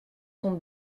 sont